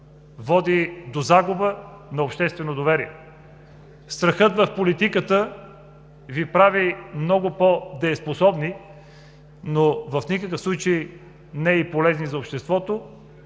води до загуба на обществено доверие. Страхът в политиката Ви прави много по-дееспособни, но в никакъв случай не и полезни за обществото.